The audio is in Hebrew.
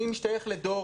אני משתייך לדור